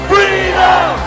Freedom